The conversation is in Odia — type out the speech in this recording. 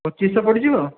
ପଚିଶି ଶହ ପଡ଼ିଯିବ